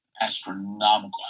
astronomical